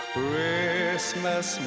Christmas